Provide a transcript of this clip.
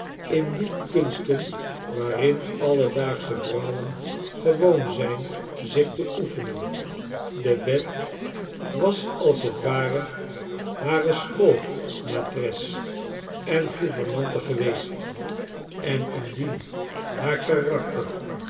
in die kunsten waarin alledaagsche vrouwen gewoon zijn zich te oefenen de wet was als het ware hare schoolmatres en gouvernante geweest en indien haar karakter